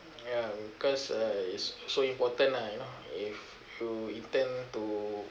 ya because uh it's so important lah you know if you intend to